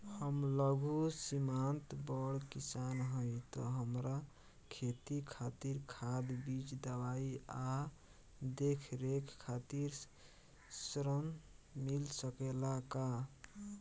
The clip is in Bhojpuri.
हम लघु सिमांत बड़ किसान हईं त हमरा खेती खातिर खाद बीज दवाई आ देखरेख खातिर ऋण मिल सकेला का?